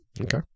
Okay